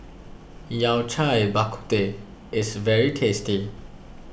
Yao Cai Bak Kut Teh is very tasty